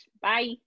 Bye